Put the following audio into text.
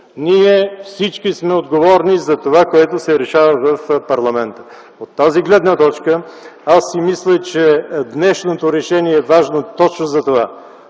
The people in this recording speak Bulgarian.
Ние всички сме отговорни за това, което се решава в парламента. От тази гледна точка аз си мисля, че днешното решение е важно точно за това